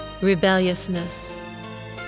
rebelliousness